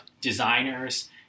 designers